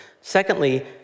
Secondly